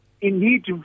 indeed